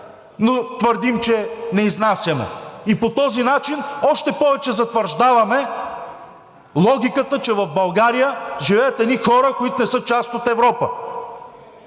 но твърдим, че не изнасяме. По този начин още повече затвърждаваме логиката, че в България живеят едни хора, които не са част от Европа.